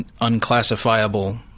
unclassifiable